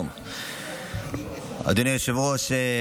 אדוני היושב-ראש,